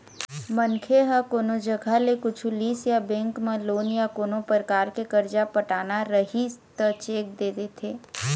मनखे ह कोनो जघा ले कुछु लिस या बेंक म लोन या कोनो परकार के करजा पटाना रहिस त चेक दे देथे